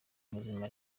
muzima